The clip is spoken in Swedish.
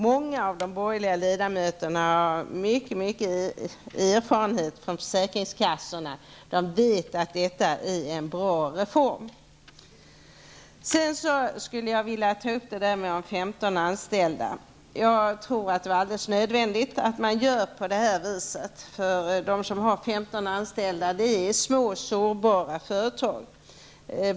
Många av de borgerliga ledamöterna har erfarenheter från försäkringskassan. De vet att detta är en bra reform. Vidare skulle jag vilja ta upp frågan om företag med bara 15 anställda. Jag tror att det var nödvändigt att göra på det viset som har föreslagits. De som har 15 anställda är små sårbara företag.